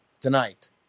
tonight